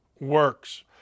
works